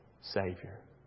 Savior